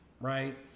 right